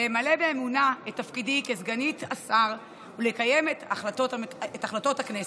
למלא באמונה את תפקידי כסגנית השר ולקיים את החלטות הכנסת.